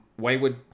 Wayward